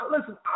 Listen